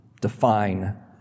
define